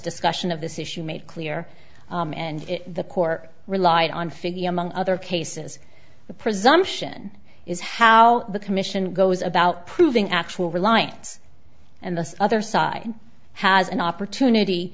discussion of this issue made clear and the court relied on figgy among other cases the presumption is how the commission goes about proving actual reliance and the other side has an opportunity